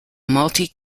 multi